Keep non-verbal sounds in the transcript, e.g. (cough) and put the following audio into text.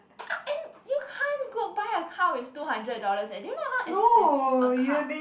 (noise) and you can't go buy a car with two hundred dollars eh do you know how expensive a car